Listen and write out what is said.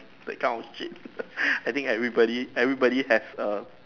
that kind of cheat I think everybody everybody has a